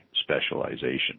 specialization